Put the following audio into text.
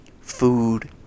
food